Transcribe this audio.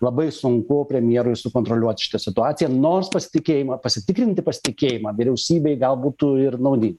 labai sunku premjerui sukontroliuot šitą situaciją nors pasitikėjimą pasitikrinti pasitikėjimą vyriausybei gal būtų ir naudinga